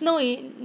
no